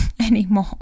Anymore